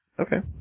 Okay